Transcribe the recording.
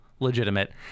Legitimate